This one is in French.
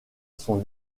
son